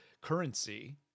currency